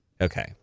Okay